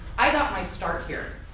i got my start here.